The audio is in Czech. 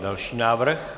Další návrh.